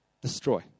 destroy